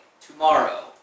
tomorrow